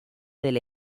del